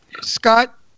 Scott